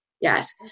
Yes